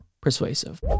persuasive